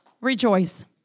rejoice